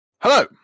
Hello